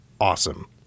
Awesome